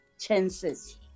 chances